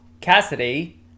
Cassidy